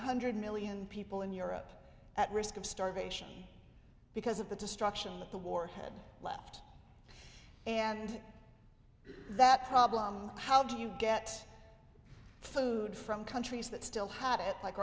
hundred million people in europe at risk of starvation because of the destruction that the warhead left and that problem how do you get food from countries that still had it like